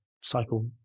cycle